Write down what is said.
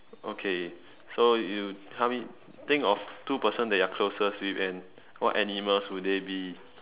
okay so you help me think of two person you are closest with and what animals would they be